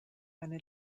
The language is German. eine